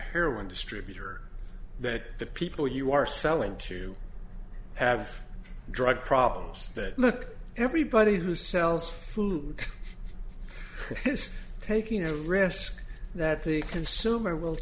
heroin distributor that the people you are selling to have drug problems that look everybody who sells food is taking a risk that the consumer will